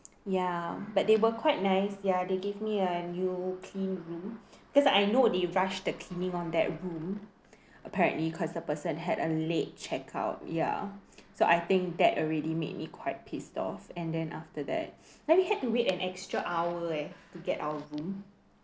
ya but they were quite nice ya they gave me a new clean room because I know the rush the cleaning on that room apparently cause a person had a late check out ya so I think that already made me quite pissed off and then after that then we had to wait an extra hour eh to get our room